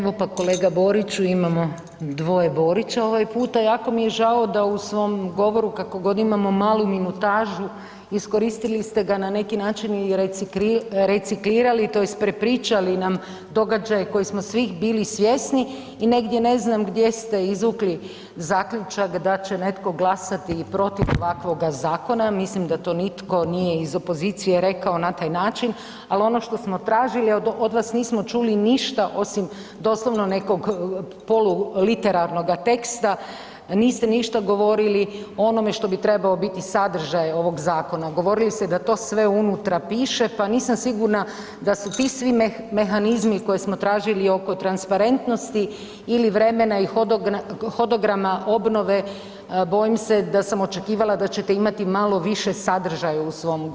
Evo pa kolega Boriću imamo dvoje Borića ovaj puta, jako mi je žao da u svom govoru kako god imamo malu minutažu iskoristili ste ga na neki način i reciklirali tj. prepričali nam događaje kojih smo svi bili svjesni i negdje ne znam gdje ste izvukli zaključak da će netko glasati i protiv ovakvoga zakona, mislim da to nitko nije iz opozicije rekao na taj način, ali ono što smo tražili od vas nismo čuli ništa osim doslovno nekoga polu literarnoga teksta, niste ništa govorili o onome što bi trebao biti sadržaj ovog zakona, govorili ste da to sve unutra piše pa nisam sigurna da su ti svi mehanizmi koje smo tražili oko transparentnosti ili vremena i hodograma obnove, bojim se da sam očekivala da ćete imati malo više sadržaja u svom govoru.